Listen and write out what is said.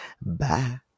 Bye